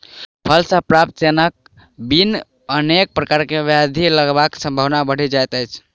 फल सॅ प्राप्त सोनक बिन अनेक प्रकारक ब्याधि लगबाक संभावना बढ़ि जाइत अछि